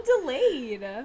delayed